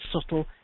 subtle